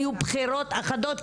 היו בחירות אחדות,